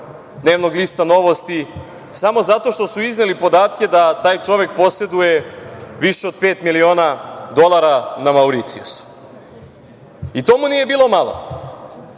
dnevnog lista "Novosti" samo zato što su izneli podatke da taj čovek poseduje više od pet miliona dolara na Mauricijusu, i to mu nije bilo malo